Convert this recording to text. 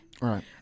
Right